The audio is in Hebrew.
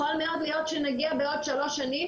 יכול מאוד להיות שנגיע בעוד שלוש שנים